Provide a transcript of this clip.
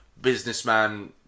businessman